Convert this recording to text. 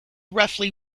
roughly